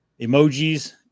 emojis